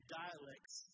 dialects